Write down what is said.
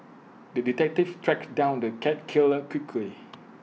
the detective tracked down the cat killer quickly